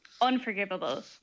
Unforgivable